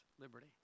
liberty